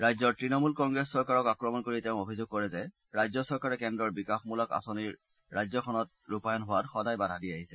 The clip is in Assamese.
ৰাজ্যৰ তৃণমূল কংগ্ৰেছ চৰকাৰক আক্ৰমণ কৰি তেওঁ অভিযোগ কৰে যে ৰাজ্য চৰকাৰে কেন্দ্ৰৰ বিকাশমূলক আঁচনিৰ ৰাজ্যখনত ৰূপায়ণ হোৱাত সদায় বাধা দি আহিছে